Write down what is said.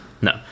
no